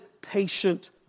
patient